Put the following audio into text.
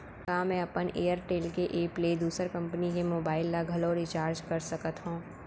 का मैं अपन एयरटेल के एप ले दूसर कंपनी के मोबाइल ला घलव रिचार्ज कर सकत हव?